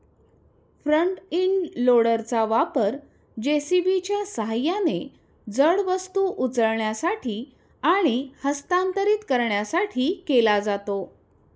front end लोडरचा वापर जे.सी.बीच्या सहाय्याने जड वस्तू उचलण्यासाठी आणि हस्तांतरित करण्यासाठी केला जातो